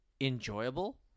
enjoyable